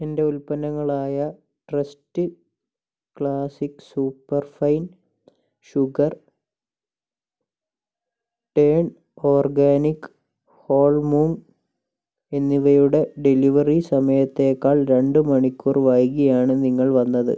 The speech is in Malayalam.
എന്റെ ഉൽപ്പന്നങ്ങളായ trust classic super fine sugar turn organic whole moong എന്നിവയുടെ ഡെലിവറി സമയത്തേക്കാൾ രണ്ട് മണിക്കൂർ വൈകിയാണ് നിങ്ങൾ വന്നത്